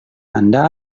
anda